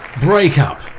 breakup